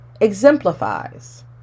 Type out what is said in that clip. Exemplifies